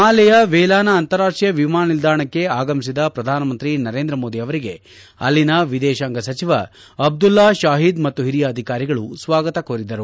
ಮಾಲೆಯ ವೆಲಾನ ಅಂತಾರಾಷ್ಷೀಯ ವಿಮಾನ ನಿಲ್ದಾಣಕ್ಕೆ ಆಗಮಿಸಿದ ಶ್ರಧಾನಮಂತ್ರಿ ನರೇಂದ್ರ ಮೋದಿ ಅವರಿಗೆ ಅಲ್ಲಿನ ವಿದೇಶಾಂಗ ಸಚಿವ ಅಬ್ಲಲ್ಲಾ ಶಾಹಿದ್ ಮತ್ತು ಹಿರಿಯ ಅಧಿಕಾರಿಗಳು ಸ್ವಾಗತ ನೀಡಿದರು